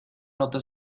nota